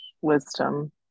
Wisdom